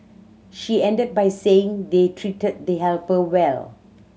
she ended by saying they treated the helper well